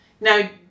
Now